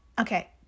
okay